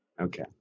okay